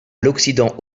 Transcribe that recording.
l’occident